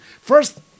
First